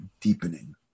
deepening